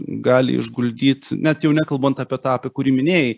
gali išguldyt net jau nekalbant apie tą apie kurį minėjai